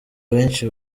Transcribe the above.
benshi